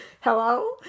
Hello